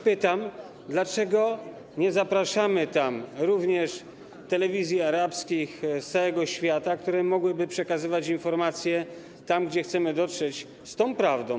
Pytam, dlaczego nie zapraszamy tam również telewizji arabskich z całego świata, które mogłyby przekazywać informacje tam, gdzie chcemy dotrzeć z prawdą.